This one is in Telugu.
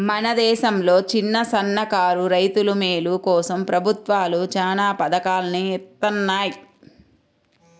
మన దేశంలో చిన్నసన్నకారు రైతుల మేలు కోసం ప్రభుత్వాలు చానా పథకాల్ని ఇత్తన్నాయి